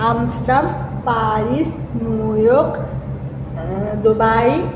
Amsterdam Paris New York Dubai